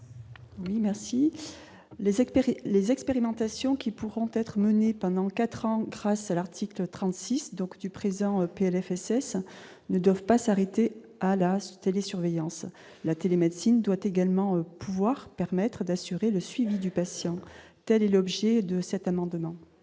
et les expérimentations qui pourront être menées pendant 4 ans grâce à l'article 36 donc du présent PLFSS ne doivent pas s'arrêter à la télésurveillance, la télémédecine doit également pouvoir permettre d'assurer le suivi du patient, telle est l'objet de cet amendement.